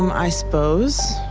um i suppose,